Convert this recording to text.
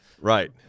right